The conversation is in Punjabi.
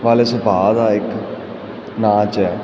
ਵਾਲੇ ਸੁਭਾਅ ਦਾ ਇੱਕ ਨਾਚ ਐ